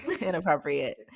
Inappropriate